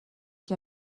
que